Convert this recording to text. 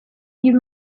give